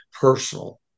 personal